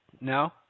No